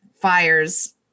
fires